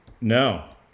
No